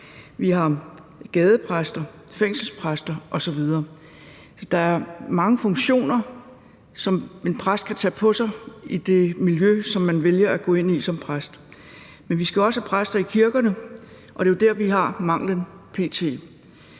gadepræster, fængselspræster osv. Der er mange funktioner, som en præst kan tage på sig i det miljø, som man vælger at gå ind i som præst. Men vi skal jo også have præster i kirkerne, og det er jo der, vi har manglen p.t.